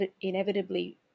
inevitably